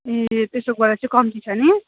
ए पेसोकबाट चाहिँ कम्ती छ नि